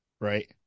right